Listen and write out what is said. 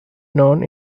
known